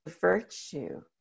virtue